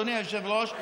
אדוני היושב-ראש,